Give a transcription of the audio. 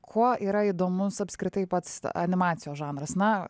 kuo yra įdomus apskritai pats animacijos žanras na